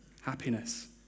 happiness